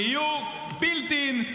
שיהיו בילט אין,